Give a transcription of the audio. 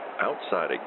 Outside